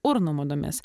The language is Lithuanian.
urnų madomis